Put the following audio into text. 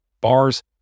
bars